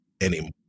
anymore